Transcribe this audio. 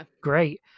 great